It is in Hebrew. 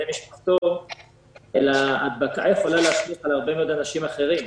משפחתו אלא הדבקה יכולה להשליך על הרבה מאוד אנשים אחרים.